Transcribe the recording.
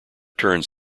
turns